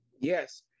yes